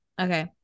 Okay